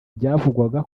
byavugwaga